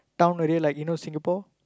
town already like you know Singapore